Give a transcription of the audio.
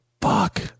fuck